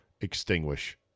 extinguish